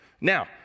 Now